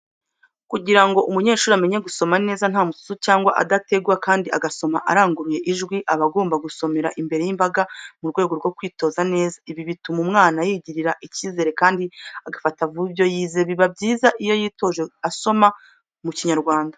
Kugira ngo umunyeshuri amenye gusoma neza nta mususu cyangwa adategwa kandi agasoma aranguruye ijwi, aba agomba gusomera imbere y'imbaga mu rwego rwo kwitoza neza. Ibi bituma umwana yigirira icyizere kandi agafata vuba ibyo yize. Biba byiza iyo yitoje asoma mu kinyarwanda.